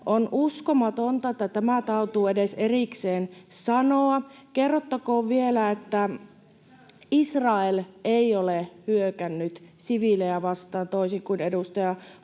On uskomatonta, että tämä täytyy edes erikseen sanoa. Kerrottakoon vielä, että Israel ei ole hyökännyt siviilejä vastaan, toisin kuin edustaja Honkasalo